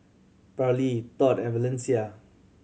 Parlee Tod and Valencia